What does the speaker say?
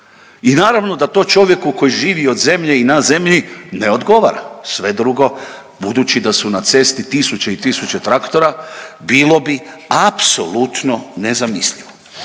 i naravno da to čovjeku koji živi od zemlje i na zemlji ne odgovara, sve drugo, budući da su na cesti tisuće i tisuće traktora bilo bi apsolutno nezamislivo.